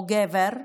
או גבר,